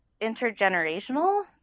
intergenerational